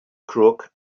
crook